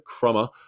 Crummer